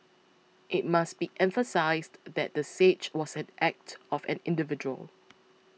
it must be emphasised that the siege was an act of an individual